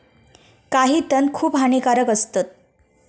काही तण खूप हानिकारक असतत